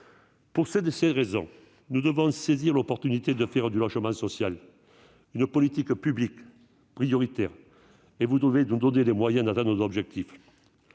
toutes ces raisons, nous devons saisir l'opportunité de faire du logement social une politique publique prioritaire et nous donner les moyens d'atteindre nos objectifs.